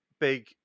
big